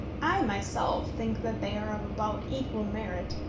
i myself think that they are of about equal merit,